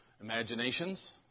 imaginations